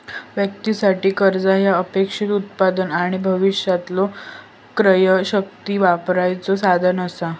व्यक्तीं साठी, कर्जा ह्या अपेक्षित उत्पन्न आणि भविष्यातलो क्रयशक्ती वापरण्याचो साधन असा